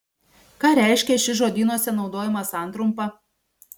ką reiškia ši žodynuose naudojama santrumpa